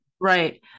right